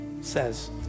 says